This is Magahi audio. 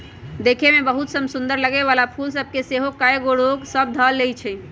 देखय में बहुते समसुन्दर लगे वला फूल सभ के सेहो कएगो रोग सभ ध लेए छइ